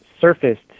surfaced